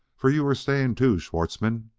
for you're staying too, schwartzmann,